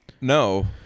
No